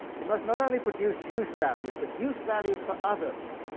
he must not only produce use-values, but use-values for others.